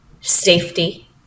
safety